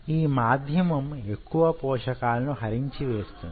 ఈ మాధ్యమం యెక్కువ పోషకాలను హరించి వేస్తుంది